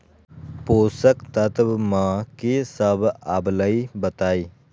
पोषक तत्व म की सब आबलई बताई?